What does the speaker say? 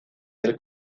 del